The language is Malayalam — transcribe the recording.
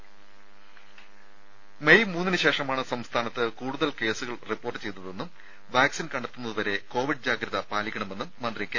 രെട മെയ് മൂന്നിന് ശേഷമാണ് സംസ്ഥാനത്ത് കൂടുതൽ കേസുകൾ റിപ്പോർട്ട് ചെയ്തതെന്നും വാക്സിൻ കണ്ടെത്തുന്നതുവരെ ജാഗ്രത പാലിക്കണമെന്നും മന്ത്രി കെ